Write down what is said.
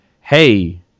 Hey